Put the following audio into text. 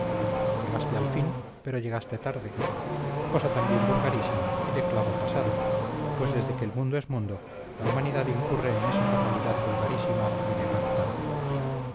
llegaste al fin pero llegaste tarde cosa también vulgarísima y de clavo pasado pues desde que el mundo es mundo la humanidad incurre en esa fatalidad vulgarísima de llegar tarde